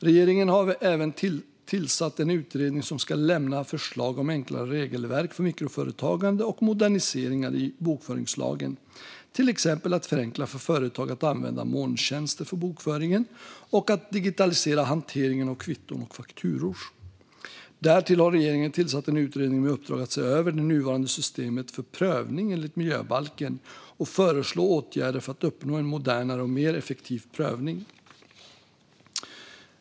Regeringen har även tillsatt en utredning som ska lämna förslag om enklare regelverk för mikroföretagande och moderniseringar i bokföringslagen, till exempel att förenkla för företag att använda molntjänster för bokföringen och att digitalisera hanteringen av kvitton och fakturor. Därtill har regeringen tillsatt en utredning med uppdrag att se över det nuvarande systemet för prövning enligt miljöbalken och föreslå åtgärder för att uppnå en modernare och mer effektiv prövning.